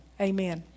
Amen